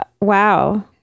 Wow